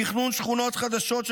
תכנון שכונות חדשות,